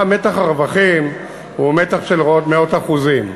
מתח הרווחים הוא מתח של מאות אחוזים.